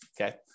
okay